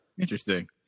interesting